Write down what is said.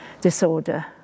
disorder